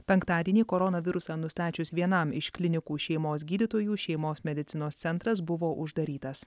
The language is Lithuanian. penktadienį koronavirusą nustačius vienam iš klinikų šeimos gydytojų šeimos medicinos centras buvo uždarytas